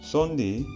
Sunday